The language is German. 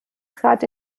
trat